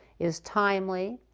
is timely,